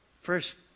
first